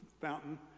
fountain